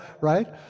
Right